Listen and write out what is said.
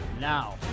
Now